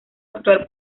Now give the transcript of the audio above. actual